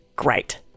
Great